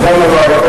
מקובל עלי.